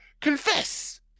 confess